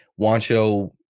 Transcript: Wancho